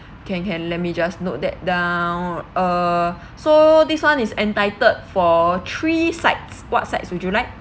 can can let me just note that down err so this [one] is entitled for three sides what sides would you like